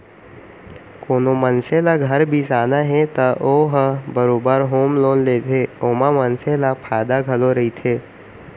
कोनो मनसे ल घर बिसाना हे त ओ ह बरोबर होम लोन लेथे ओमा मनसे ल फायदा घलौ रहिथे